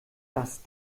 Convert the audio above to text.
das